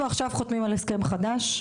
אנחנו עכשיו חותמים על הסכם חדש,